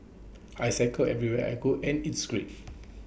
I cycle everywhere I go and it's great